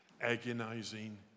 agonizing